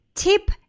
Tip